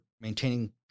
maintaining